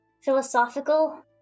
philosophical